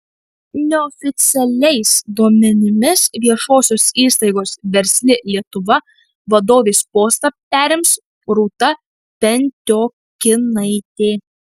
neoficialiais duomenimis viešosios įstaigos versli lietuva vadovės postą perims rūta pentiokinaitė